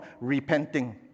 repenting